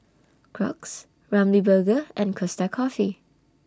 Crocs Ramly Burger and Costa Coffee